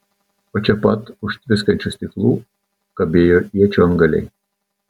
o čia pat už tviskančių stiklų kabėjo iečių antgaliai